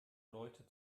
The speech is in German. leute